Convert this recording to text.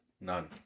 none